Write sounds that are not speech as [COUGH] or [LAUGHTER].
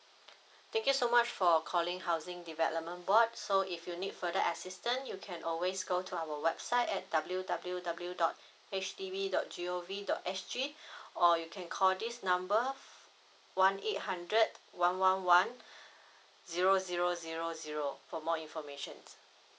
thank you so much for calling housing development board so if you need further assistance you can always go to our website at w w w dot H D B dot g o v dot s g or you can call this number one eight hundred one one one [BREATH] zero zero zero zero for more information